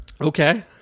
Okay